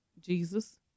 Jesus